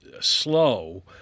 slow